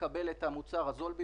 מיקי, במשך כל הדיון אתה הערת.